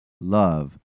love